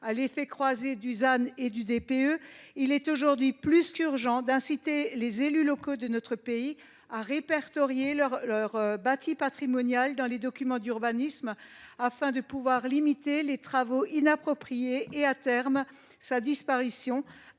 nette (ZAN) et du DPE –, il est aujourd’hui plus qu’urgent d’inciter les élus locaux de notre pays à répertorier leur bâti patrimonial dans les documents d’urbanisme, afin de limiter les travaux inappropriés et, à terme, d’éviter